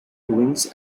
wings